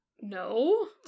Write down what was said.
no